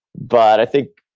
but i think,